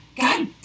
god